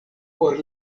por